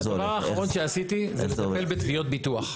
הדבר האחרון שעשיתי זה לטפל בתביעות ביטוח.